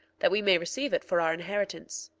that we may receive it for our inheritance.